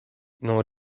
non